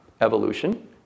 evolution